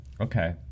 Okay